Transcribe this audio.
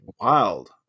wild